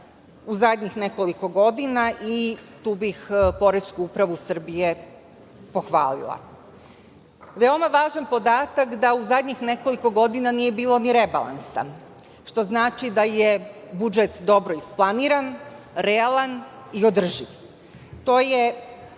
u zadnjih nekoliko godina i tu bih Poresku upravu Srbije pohvalila. Veoma važan podatak je da u zadnjih nekoliko godina nije bilo ni rebalansa, što znači da je budžet dobro isplaniran, realan i održiv.